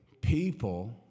People